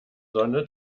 sonne